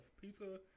Pizza